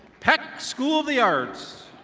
peck school of the arts.